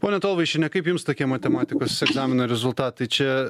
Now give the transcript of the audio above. pone tolvaišiene kaip jums tokie matematikos egzamino rezultatai čia